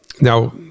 now